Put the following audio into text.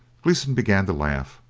gleeson began to laugh,